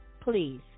please